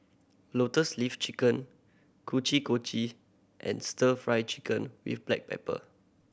Lotus Leaf Chicken kochi kochi and Stir Fry Chicken with black pepper